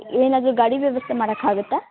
ಏನಾದ್ರೂ ಗಾಡಿ ವ್ಯವಸ್ಥೆ ಮಾಡೋಕ್ಕಾಗತ್ತ